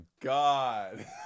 god